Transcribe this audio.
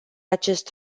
acest